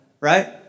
Right